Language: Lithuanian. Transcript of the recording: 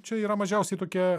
čia yra mažiausiai tokia